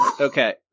Okay